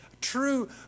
true